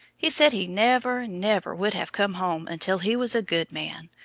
he said he never, never would have come home until he was a good man,